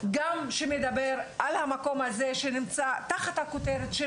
גם שמדבר על המקום הזה שנמצא תחת הכותרת של